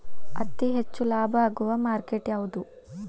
ಅತಿ ಹೆಚ್ಚು ಲಾಭ ಆಗುವ ಮಾರ್ಕೆಟ್ ಯಾವುದು?